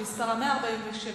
שמספרה 147,